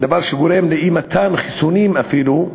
דבר שגורם לאי-מתן חיסונים, אפילו,